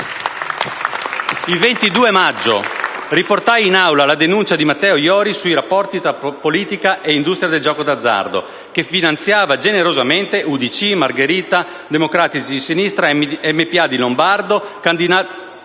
Il 22 maggio riportai in Aula la denuncia di Matteo Iori sui rapporti tra politica e industria del gioco d'azzardo, che finanziava generosamente UDC, Margherita, Democratici di Sinistra, MPA di Lombardo, candidati